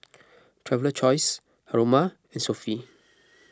Traveler's Choice Haruma and Sofy